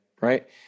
Right